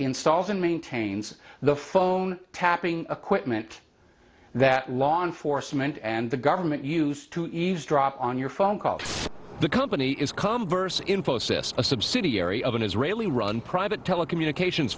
and maintains the phone tapping equipment that law enforcement and the government used to eavesdrop on your phone calls the company is comverse infosys a subsidiary of an israeli run private telecommunications